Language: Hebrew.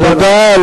תודה רבה.